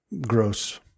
gross